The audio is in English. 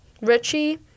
Richie